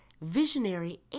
visionary